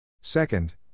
Second